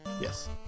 yes